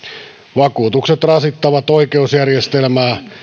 vakuutukset rasittavat oikeusjärjestelmää